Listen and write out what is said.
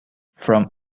from